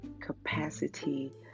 capacity